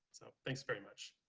so thanks very much.